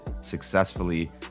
successfully